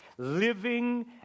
living